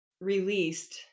released